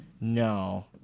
No